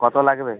কতো লাগবে